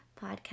podcast